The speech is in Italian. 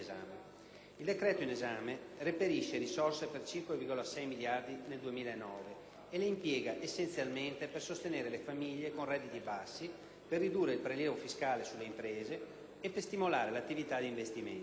Il decreto in esame reperisce risorse per 5,6 miliardi nel 2009 e le impiega essenzialmente per sostenere le famiglie con redditi bassi, per ridurre il prelievo fiscale sulle imprese e per stimolare l'attività di investimento.